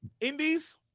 indies